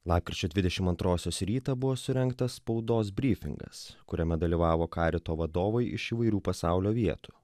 lapkričio dvidešim antrosios rytą buvo surengta spaudos brifingas kuriame dalyvavo karito vadovai iš įvairių pasaulio vietų